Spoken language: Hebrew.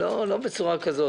לא בצורה כזאת.